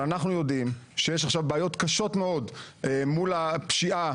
אבל אנחנו יודעים שיש עכשיו בעיות קשות מאד מול הפשיעה,